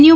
you